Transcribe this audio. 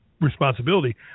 Responsibility